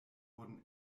wurden